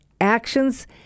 actions